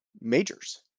majors